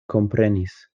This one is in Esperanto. komprenis